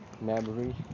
memory